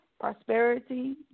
prosperity